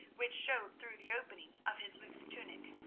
which showed through the opening of his loose tunic.